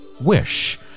Wish